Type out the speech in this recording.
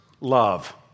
love